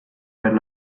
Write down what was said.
per